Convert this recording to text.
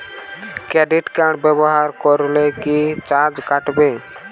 Credit card ব্যাবহার করলে কি চার্জ কাটবে?